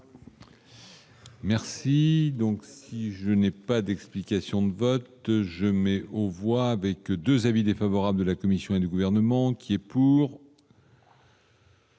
Merci donc, si je n'ai pas d'explication de vote je mais on voit avec que 2 avis défavorables de la Commission et du gouvernement qui est pour.